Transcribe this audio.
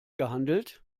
gehandelt